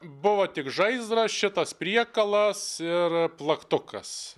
buvo tik žaizdras šitas priekalas ir plaktukas